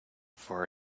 for